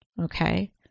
Okay